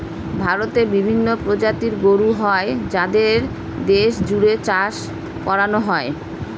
ভারতে বিভিন্ন প্রজাতির গরু হয় যাদের দেশ জুড়ে চাষ করানো হয়